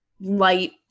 light